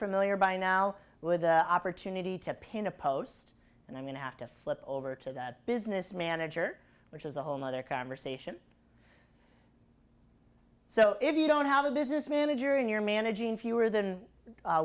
familiar by now with the opportunity to pin a post and i'm going to have to flip over to that business manager which is a whole other conversation so if you don't have a business manager and you're managing fewer than